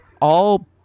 all-